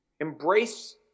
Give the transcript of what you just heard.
embrace